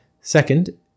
Second